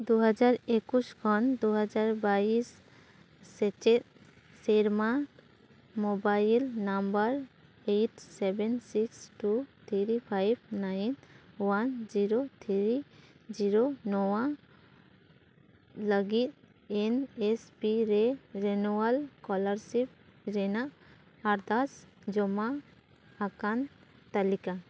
ᱫᱩ ᱦᱟᱡᱟᱨ ᱮᱠᱩᱥ ᱠᱷᱚᱱ ᱫᱩ ᱦᱟᱡᱟᱨ ᱵᱟᱭᱤᱥ ᱥᱮᱪᱮᱫ ᱥᱮᱨᱢᱟ mobile number eight seven six two three five nine one zero three zero ᱱᱚᱣᱟ ᱞᱟᱹᱜᱤᱫ ᱮᱱ ᱮᱥ ᱯᱤ ᱨᱮ ᱨᱮᱱᱩᱣᱟᱞ ᱥᱠᱚᱞᱟᱨᱥᱤᱯ ᱨᱮᱱᱟᱜ ᱟᱨᱫᱟᱥ ᱡᱚᱢᱟ ᱟᱠᱟᱱ ᱛᱟᱞᱤᱠᱟ